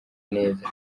neza